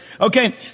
Okay